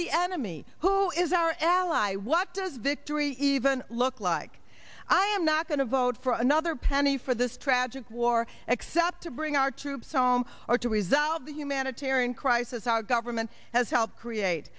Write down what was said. the enemy who is our ally what does that do we even look like i am not going to vote for another penny for this tragic war except to bring our troops home or to resolve the humanitarian crisis our government has helped create